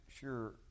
sure